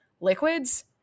liquids